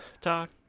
talk